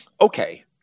Okay